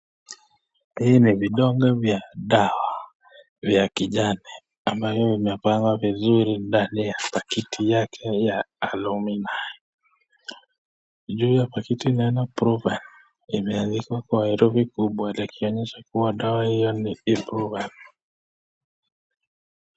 Hii ni vidonge vya dawa vya kijani ambayo imepangwa vizuri ndani ya paketi yake ya aluminium juu ya paketi tunaona IBUPROFEN imeandikwa kwa herufi kubwa ikionyesha kuwa dawa hiyo ni Ibuprofen.